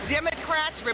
Democrats